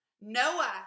Noah